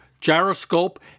gyroscope